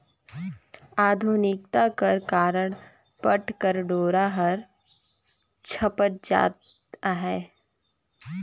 आधुनिकता कर कारन पट कर डोरा हर छपत जात अहे